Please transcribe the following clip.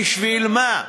בשביל מה?